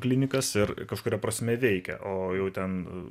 klinikas ir ir kažkuria prasme veikia o jau ten